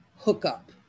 hookup